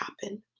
happen